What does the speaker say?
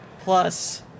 plus